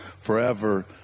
forever